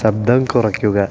ശബ്ദം കുറയ്ക്കുക